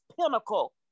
pinnacle